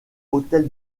hôtel